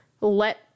let